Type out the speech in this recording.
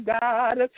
God